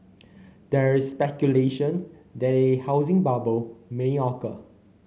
there is speculation that a housing bubble may occur